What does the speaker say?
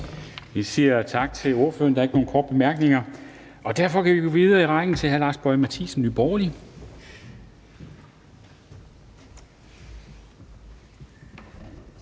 Vi siger tak til ordføreren. Der er ikke nogen korte bemærkninger, og derfor går vi videre i rækken til hr. Lars Boje Mathiesen, Nye Borgerlige.